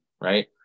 right